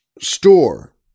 store